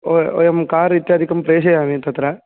वयं वयं कार् इत्यादि प्रेषयामः तत्र